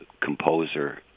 composer